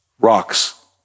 rocks